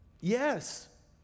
Yes